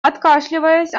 откашливаясь